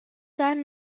han